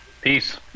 peace